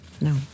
No